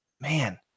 man